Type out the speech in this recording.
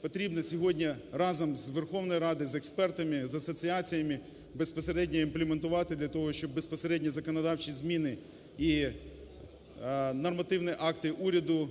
потрібно сьогодні разом з Верховною Радою, з експертами, з асоціаціями безпосередньо імплементувати для того, щоб безпосередньо законодавчі зміни і нормативні акти уряду